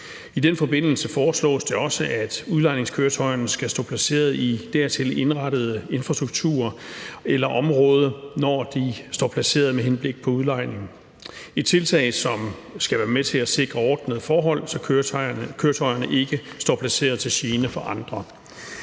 I den forbindelse foreslås det også, at udlejningskøretøjerne skal stå placeret i dertil indrettet infrastrukturer eller område, når de står placeret med henblik på udlejning. Det er et tiltag, som skal være med til at sikre ordnede forhold, så køretøjerne ikke står placeret til gene for andre.